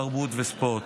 התרבות והספורט.